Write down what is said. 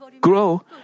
grow